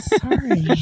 Sorry